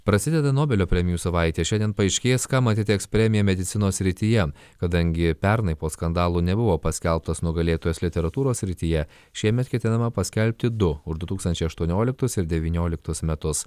prasideda nobelio premijų savaitė šiandien paaiškės kam atiteks premija medicinos srityje kadangi pernai po skandalų nebuvo paskelbtos nugalėtojos literatūros srityje šiemet ketinama paskelbti du du tūsktančiai aštuonioliktus ir devynioliktus metus